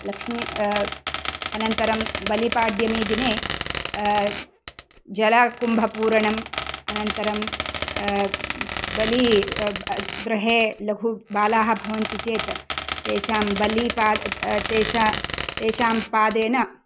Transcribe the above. लक्ष्मी अनन्तरं बलिपाड्यमीदिने जलकुम्भपूरणम् अनन्तरं बलि गृहे लघुबालाः भवन्ति चेत् तेषां बलितेषां पादेन